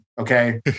Okay